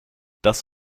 das